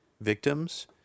victims—